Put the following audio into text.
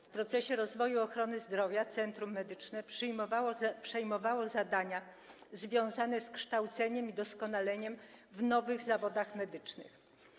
W procesie rozwoju ochrony zdrowia centrum medyczne przejmowało zadania związane z kształceniem i doskonaleniem w nowych zawodach medycznych.